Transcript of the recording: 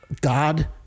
God